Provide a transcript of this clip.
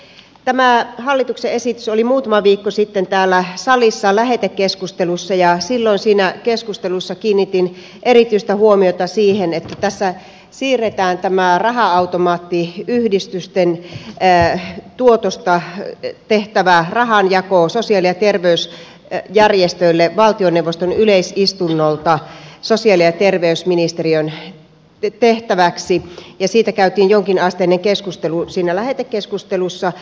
tämä hallituksen esitys oli muutama viikko sitten täällä salissa lähetekeskustelussa ja silloin siinä keskustelussa kiinnitin erityistä huomiota siihen että tässä siirretään raha automaattiyhdistysten tuotosta tehtävä rahanjako sosiaali ja terveysjärjestöille valtioneuvoston yleisistunnolta sosiaali ja terveysministeriön tehtäväksi ja siitä käytiin jonkinasteinen keskustelu siinä lähetekeskustelussa